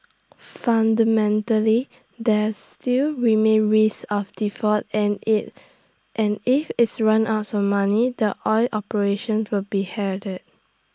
fundamentally there still remains risk of default and if and if its runs out of money the oil operations will be hair did